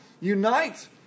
unite